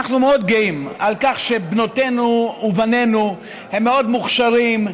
על כך שבנותינו ובנינו הם מאוד מוכשרים,